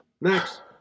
Next